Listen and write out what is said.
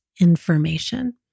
information